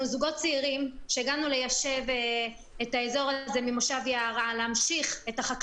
אנחנו חייבים להגיע לאיזשהו מתווה עם הסדר לגבי מעבר ללולים החדשים.